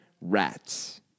Rats